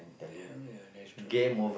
ya oh ya that's true